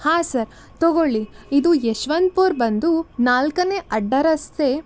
ಹಾಂ ಸರ್ ತೊಗೊಳ್ಳಿ ಇದು ಯಶ್ವಂತಪುರ್ ಬಂದು ನಾಲ್ಕನೇ ಅಡ್ಡರಸ್ತೆ